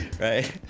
Right